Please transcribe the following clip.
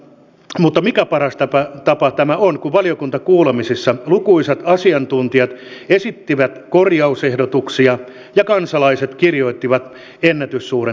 mutta mikä paras tapa tämä on kun valiokuntakuulemisissa lukuisat asiantuntijat esittivät korjausehdotuksia ja kansalaiset kirjoittivat ennätyssuuren adressin